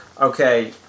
okay